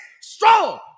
strong